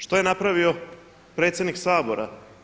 Što je napravio predsjednik Sabora?